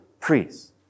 priests